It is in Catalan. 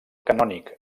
canònic